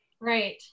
right